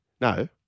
No